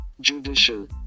Judicial